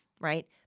right